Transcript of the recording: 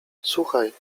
słuchaj